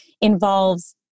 involves